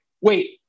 wait